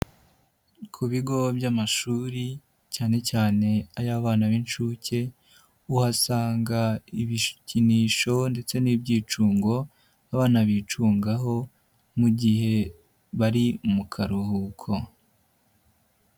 Ku bigo by'amashuri cyane cyane ay'abana b'inshuke uhasanga ibikinisho ndetse n'ibyicungo abana bicungaho mu gihe bari mu karuhuko.